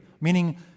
meaning